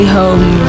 home